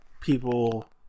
people